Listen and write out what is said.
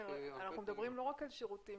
אנחנו מדברים לא רק על שירותים